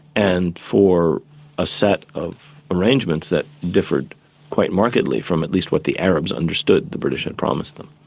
and for a set of arrangements that differed quite markedly from at least what the arabs understood the british had promised them.